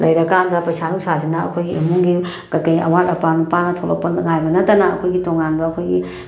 ꯂꯩꯔꯀꯥꯟꯗ ꯄꯩꯁꯥ ꯅꯨꯡꯁꯥꯁꯤꯅ ꯑꯩꯈꯣꯏꯒꯤ ꯏꯃꯨꯡꯒꯤ ꯀꯔꯤ ꯀꯔꯤ ꯑꯋꯥꯠ ꯑꯄꯥ ꯅꯨꯄꯥꯅ ꯊꯣꯛꯂꯛꯄꯗ ꯉꯥꯏꯕ ꯅꯠꯇꯕ ꯑꯩꯈꯣꯏꯒꯤ ꯇꯣꯉꯥꯟꯕ ꯑꯩꯈꯣꯏꯒꯤ